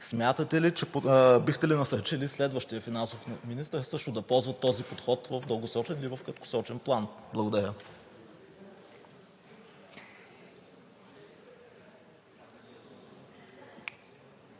бюджетни дупки? Бихте ли насърчили следващият финансов министър също да ползва този подход в дългосрочен и в краткосрочен план? Благодаря.